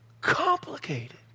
complicated